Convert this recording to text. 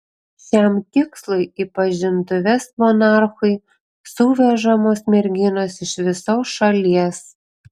šiam tikslui į pažintuves monarchui suvežamos merginos iš visos šalies